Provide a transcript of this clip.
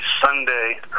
Sunday